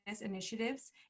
initiatives